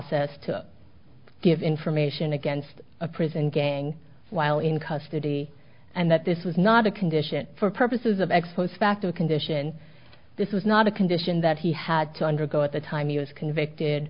says to give information against a prison gang while in custody and that this was not a condition for purposes of ex post facto condition this was not a condition that he had to undergo at the time he was convicted